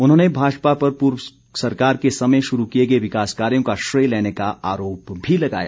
उन्होंने भाजपा पर पूर्व सरकार के समय शुरू किए गए विकास कार्यों का श्रेय लेने का आरोप भी लगाया